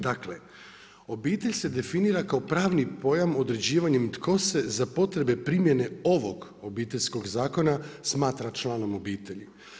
Dakle, obitelj se definira kao pravni pojam određivanjem, tko se za potrebe primjene ovog obiteljskog zakona, smatra članom obitelji.